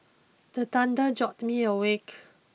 the thunder jolt me awake